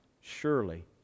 surely